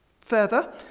Further